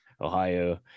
ohio